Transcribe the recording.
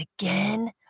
again